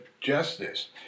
justice